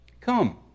Come